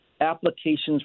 applications